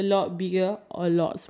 like fun memories